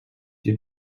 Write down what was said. you